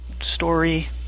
story